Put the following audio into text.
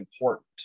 important